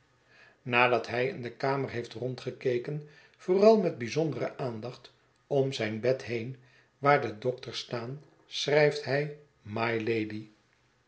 nadat hij in de kamer heeft rondgekeken vooral met bijzondere aandacht om zijn bed heen waar de dokters staan schrijft hij mymylady